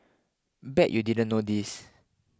bet you didn't know this